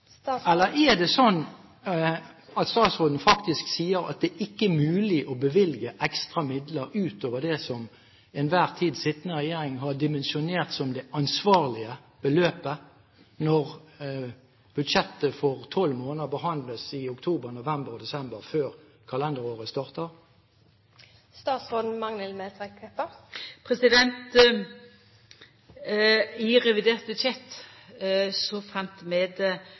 juni. Eller er det slik at statsråden faktisk sier at det ikke er mulig å bevilge ekstra midler, utover det som den til enhver tid sittende regjering har dimensjonert som det ansvarlige beløpet når budsjettet for tolv måneder behandles i oktober, november og desember, før kalenderåret starter? I revidert budsjett